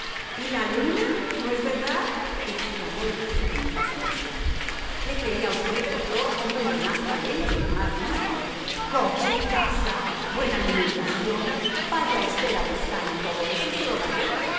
y la luna no es verdad exclamó el duque con impaciencia le creía a usted doctor hombre de más talento y de más vista coche casa buena alimentación vaya usted a buscarme todo eso y se lo daré